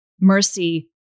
Mercy